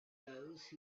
those